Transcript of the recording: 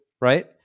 right